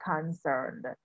concerned